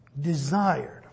desired